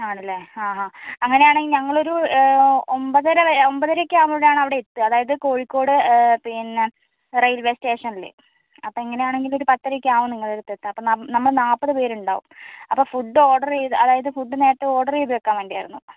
ആണല്ലേ ആ ആ അങ്ങനെയാണങ്കിൽ ഞങ്ങളൊരു ഒമ്പതര വരെ ഒമ്പതരയൊക്കെ ആകുമ്പഴാണ് അവിടെ എത്തുക അതായത് കോഴിക്കോട് പിന്നെ റെയിൽവേ സ്റ്റേഷനില് അപ്പം അങ്ങനെയാണെങ്കില് ഒരു പത്തരയൊക്കെ ആകും നിങ്ങടെ അടുത്തെത്താൻ അപ്പം നമ്മള് നാപ്പത് പേരുണ്ടാവും അപ്പ ഫുഡ് ഓഡറ് ചെയ്ത അതായത് ഫുഡ് നേരത്തെ ഓഡറ് ചെയ്ത് വെയ്ക്കാൻ വേണ്ടിയായിരുന്നു